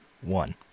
one